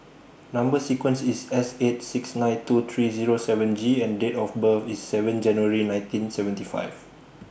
Number sequence IS S eight six nine two three Zero seven G and Date of birth IS seven January nineteen seventy five